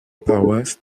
paroisse